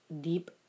deep